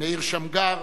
מאיר שמגר,